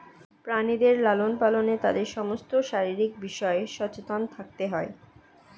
প্রাণীদের লালন পালনে তাদের সমস্ত শারীরিক বিষয়ে সচেতন থাকতে হয়